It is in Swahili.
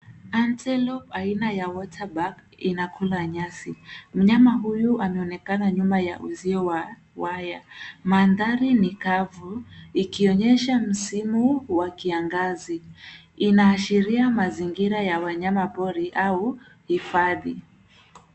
(cs)Antelope(cs) aina ya (cs)waterbug(cs) inakula nyasi. Mnyama huyu anaonekana nyuma ya uzio wa waya. Manthari ni kavu ikionyesha msimu wa kiangazi. Inaashiria mazingira ya wanyama pori au hifadhi.